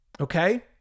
Okay